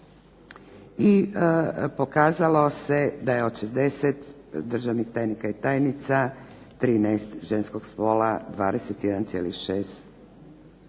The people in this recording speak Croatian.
i pokazalo se da je od 60 državnih tajnika i tajnica 13 ženskog spola, 21,7%.